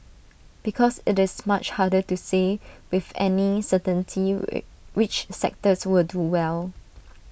because IT is much harder to say with any certainty which sectors will do well